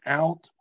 out